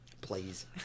Please